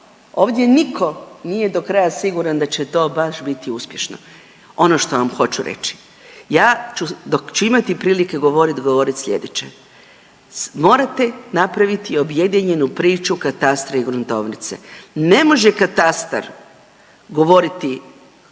ovdje nitko nije do kraja siguran da će to baš biti uspješno. Ono što nam hoću reći, ja ću dok ću imati prilike govoriti, govoriti sljedeće, morate napraviti objedinjenu priču katastra i gruntovnice. Ne može katastar govoriti